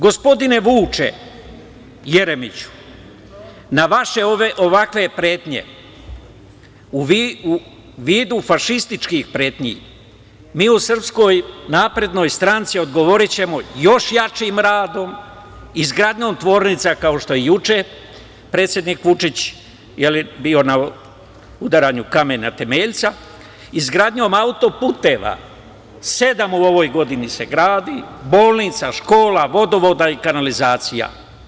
Gospodine Vuče Jeremiću, na vaše ovakve pretnje u vidu fašističkih pretnji, mi u SNS odgovorićemo još jačim radom, izgradnjom tvornica, kao što je juče predsednik Vuči bio na udaranju kamena temeljca, izgradnjom autoputeva, sedam u ovoj godini se gradi, bolnica, škola, vodovoda i kanalizacija.